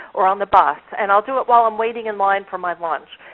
or on the bus, and i'll do it while i'm waiting in line for my lunch.